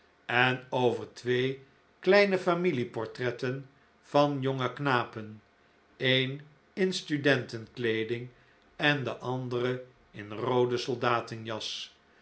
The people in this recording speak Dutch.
en over twee kleine familieportretten van jonge knapen een in studentenkleeding en de andere in een roode